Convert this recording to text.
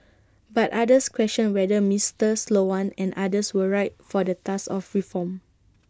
but others questioned whether Mister Sloan and others were right for the task of reform